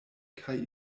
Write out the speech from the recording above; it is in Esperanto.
kaj